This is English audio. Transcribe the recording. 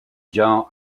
john